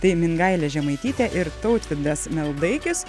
tai mingailė žemaitytė ir tautvydas meldaikis